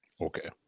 okay